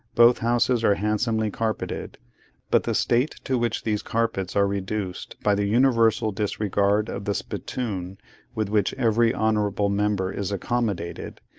both houses are handsomely carpeted but the state to which these carpets are reduced by the universal disregard of the spittoon with which every honourable member is accommodated,